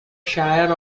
shire